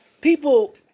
People